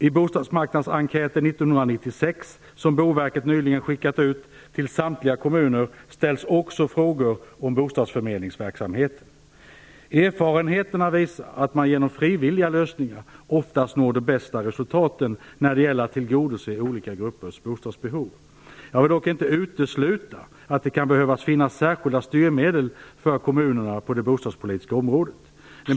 I Bostadsmarknadsenkäten 1996, som Boverket nyligen har skickat ut till samtliga kommuner, ställs också frågor om bostadsförmedlingsverksamheten. Erfarenheterna visar att man genom frivilliga lösningar oftast når de bästa resultaten när det gäller att tillgodose olika gruppers bostadsbehov. Jag vill dock inte utesluta att det kan behövas särskilda styrmedel för kommunerna på det bostadspolitiska området.